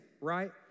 right